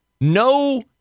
no